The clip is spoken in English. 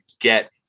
get